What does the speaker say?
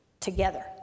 together